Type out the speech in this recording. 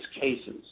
cases